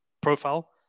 profile